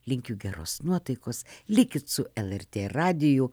linkiu geros nuotaikos likit su lrt radiju